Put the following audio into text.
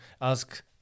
ask